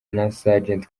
sgt